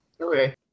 Okay